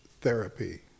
therapy